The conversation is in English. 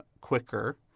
quicker